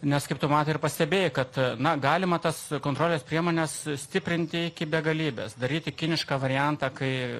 nes kaip tu matai ir pastebėjai kad na galima tas kontrolės priemones stiprinti iki begalybės daryti kinišką variantą kai